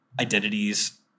identities